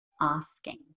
asking